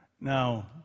Now